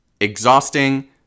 exhausting